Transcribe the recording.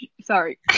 sorry